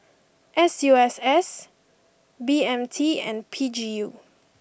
S U S S B M T and P G U